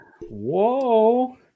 Whoa